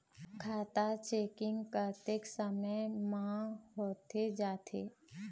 खाता चेकिंग कतेक समय म होथे जाथे?